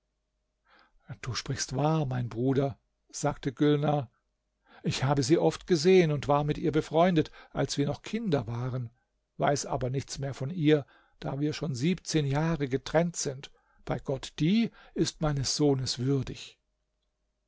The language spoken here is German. du sprichst wahr mein bruder sagte gülnar ich habe sie oft gesehen und war mit ihr befreundet als wir noch kinder waren weiß aber nichts mehr von ihr da wir schon siebzehn jahre getrennt sind bei gott die ist meines sohnes würdig